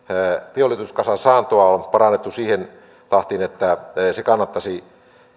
teollisuuskassan saantoa on parannettu siihen tahtiin että se kannattaisi